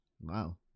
Wow